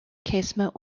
casement